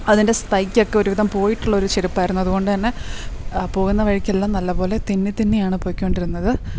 അതിൻ്റെ സ്പൈറ്റൊക്കെ ഒരുവിധം പോയിട്ടുള്ള ഒരു ചെരുപ്പായിരുന്നു അതുകൊണ്ട് തന്നെ ആ പോകുന്ന വഴിക്ക് എല്ലാം നല്ലപോലെ തെന്നി തെന്നിയാണ് പൊയ്ക്കോണ്ടിരുന്നത്